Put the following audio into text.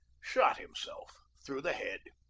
shot himself through the head.